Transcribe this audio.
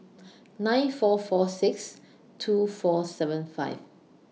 nine four four six two four seven five